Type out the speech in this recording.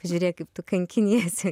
žiūrėk kaip tu kankiniesi